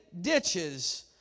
ditches